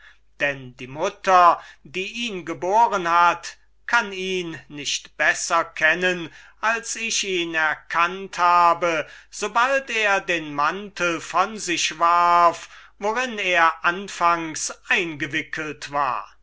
denn die mutter die ihn geboren hat kann ihn nicht besser kennen als ich ihn erkannt habe sobald er den mantel von sich warf worin er anfangs eingewickelt war